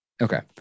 Okay